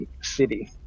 city